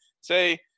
say